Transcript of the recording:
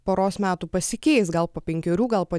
poros metų pasikeis gal po penkerių gal po